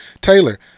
Taylor